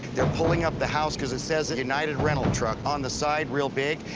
they are pulling up the house because it says united rental truck on the side real big.